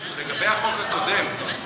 לגבי החוק הקודם,